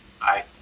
Bye